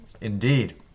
Indeed